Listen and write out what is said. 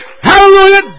Hallelujah